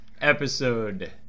episode